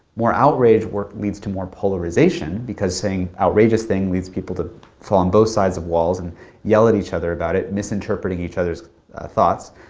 more outrage work leads to more polarization because saying outrageous thing leads people to fall on both sides of walls and yell at each other about it, misinterpreting each other's thoughts.